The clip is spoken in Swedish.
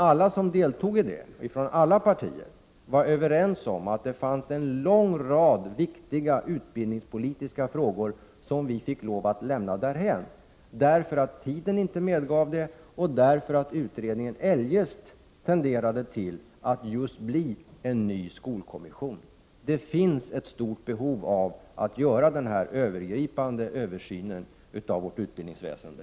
Alla partiers representanter var dock överens om att en lång rad viktiga utbildningsfrågor måste lämnas därhän, därför att tiden inte medgav behandling av dem och därför att utredningen eljest tenderade till att bli en ny skolkommission. Det finns ett stort behov av en övergripande översyn av vårt utbildningsväsende.